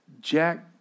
Jack